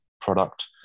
product